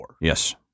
Yes